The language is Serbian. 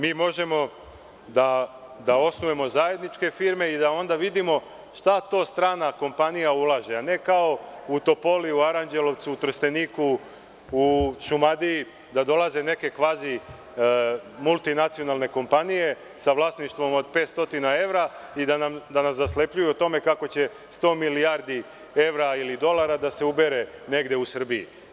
Mi možemo da osnujemo zajedničke firme i da onda vidimo šta to strana kompanija ulaže, a ne kao u Topoli, u Aranđelovcu, u Trsteniku, u Šumadiji, da dolaze neke kvazi multinacionalne kompanije sa vlasništvom od 500 evra i da nas zaslepljuju o tome kako će 100 milijardi evra ili dolara da se ubere negde u Srbiji.